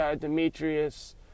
Demetrius